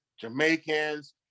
Jamaicans